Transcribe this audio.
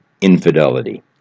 infidelity